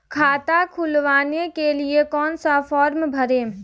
खाता खुलवाने के लिए कौन सा फॉर्म भरें?